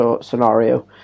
scenario